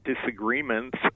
disagreements